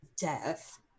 death